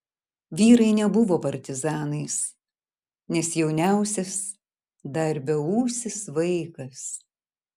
vyrai nebuvo partizanais nes jauniausias dar beūsis vaikas